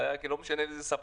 בעד אישור